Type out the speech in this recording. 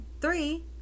three